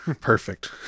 perfect